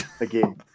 again